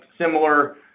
similar